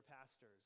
pastors